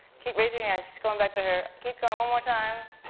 keep, raise your hand. she's going back to her, keep going one more time,